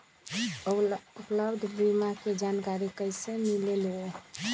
उपलब्ध बीमा के जानकारी कैसे मिलेलु?